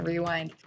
Rewind